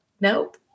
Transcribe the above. nope